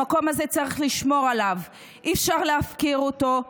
המקום הזה, צריך לשמור עליו, אי-אפשר להפקיר אותו.